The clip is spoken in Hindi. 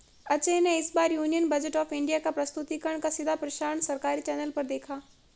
अजय ने इस बार यूनियन बजट ऑफ़ इंडिया का प्रस्तुतिकरण का सीधा प्रसारण सरकारी चैनल पर देखा